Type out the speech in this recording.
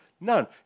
None